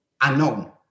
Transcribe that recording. unknown